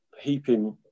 heaping